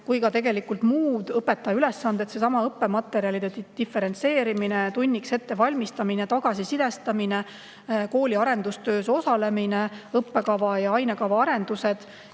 kui ka tegelikult muud õpetaja ülesanded: seesama õppematerjalide diferentseerimine, tunniks ettevalmistamine, tagasisidestamine, kooli arendustöös osalemine, õppekava ja ainekava arendused